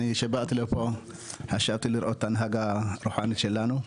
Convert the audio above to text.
אני שבאתי לפה חשבתי לראות הנהגה רוחנית שלנו,